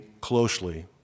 closely